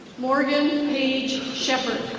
morgan paige sheppard.